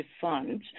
fund